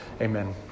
Amen